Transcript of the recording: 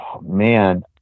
man